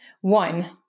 One